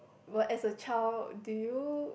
were as a child do you